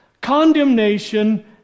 condemnation